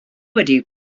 wedi